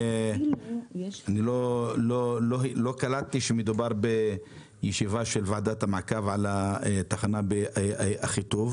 אני לא קלטתי שמדובר בישיבה של ועדת המעקב על התחנה באחיטוב.